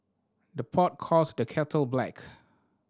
the pot calls the kettle black